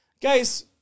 Guys